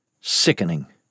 Sickening